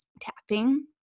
tapping